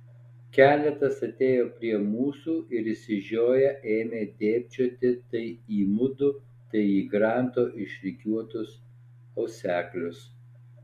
keletas atėjo prie mūsų ir išsižioję ėmė dėbčioti tai į mudu tai į granto išrikiuotus auseklius